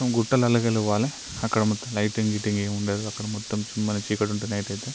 కొంచెం గుట్టలలోకెళ్ళి పోవాలి అక్కడ మొత్తం లైటింగ్ గీటింగ్ ఏముండదు అక్కడ మొత్తం చిమ్మ చీకటి ఉంటుంది నైట్ అయితే